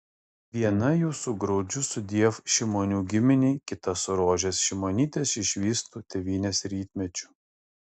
viena jų su graudžiu sudiev šimonių giminei kita su rožės šimonytės išvystu tėvynės rytmečiu